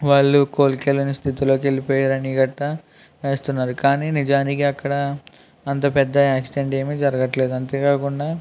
వాళ్ళు కోలుకోలేని స్థితిలోకి వెళ్ళిపోయారు అని గట్టా వేస్తున్నారు కానీ నిజానికి అక్కడ అంత పెద్ద యాక్సిడెంట్ ఏమీ జరగట్లేదు అంతేకాకుండా